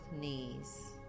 knees